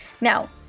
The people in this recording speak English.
Now